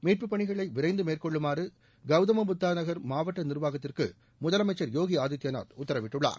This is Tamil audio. மீட்பு பணிகளை விரைந்து மேற்கொள்ளுமாறு கவுதம புத்தா நகர் மாவட்ட நிர்வாகத்திற்கு முதலமைச்சர் யோகி ஆதித்யநாத் உத்தரவிட்டுள்ளார்